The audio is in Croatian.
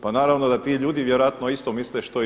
Pa naravno da ti ljudi vjerojatno isto misle što i vi?